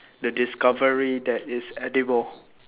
the discovery that it is edible